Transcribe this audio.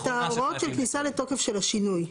את ההוראות של כניסה לתוקף של השינוי.